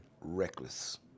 Reckless